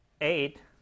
eight